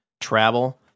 travel